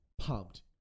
pumped